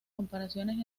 comparaciones